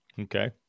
Okay